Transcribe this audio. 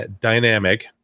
Dynamic